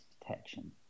detection